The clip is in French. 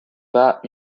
pas